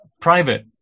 private